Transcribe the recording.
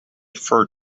fir